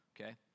okay